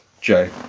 joe